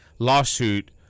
lawsuit